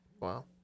Wow